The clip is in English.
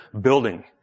building